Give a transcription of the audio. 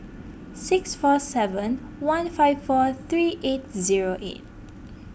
six four seven one five four three eight zero eight